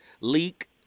leak